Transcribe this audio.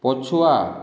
ପଛୁଆ